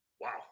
wow